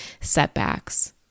setbacks